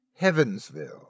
Heavensville